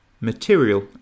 material